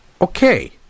Okay